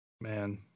Man